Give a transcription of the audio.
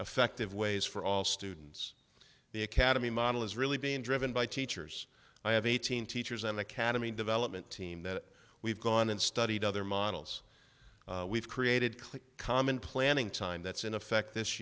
effective ways for all students the academy model is really being driven by teachers i have eighteen teachers and academy development team that we've gone and studied other models we've created click common planning time that's in effect this